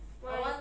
why